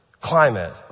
climate